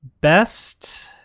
Best